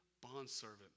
bondservant